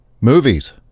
Movies